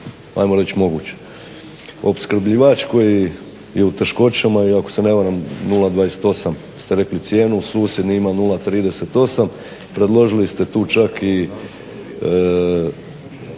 ajmo reći moguć. Opskrbljivač koji je u teškoćama i ako se ne varam 0,28 ste rekli cijenu, susjedni ima 0,38 predložili ste tu čak i